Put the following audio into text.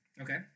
Okay